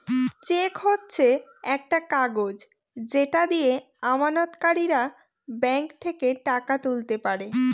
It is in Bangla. চেক হচ্ছে একটা কাগজ যেটা দিয়ে আমানতকারীরা ব্যাঙ্ক থেকে টাকা তুলতে পারে